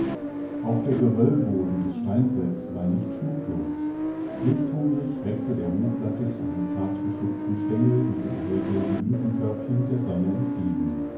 auch der geröllboden des steinfeldes war nicht schmucklos lichthungrig reckte der huflattich seine zartbeschuppten stengel mit den hellgelben blütenkörbchen der sonne entgegen